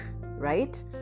right